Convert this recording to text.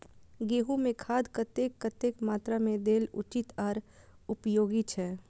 गेंहू में खाद कतेक कतेक मात्रा में देल उचित आर उपयोगी छै?